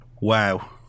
Wow